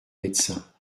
médecins